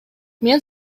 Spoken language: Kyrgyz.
мен